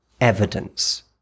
evidence